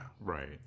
Right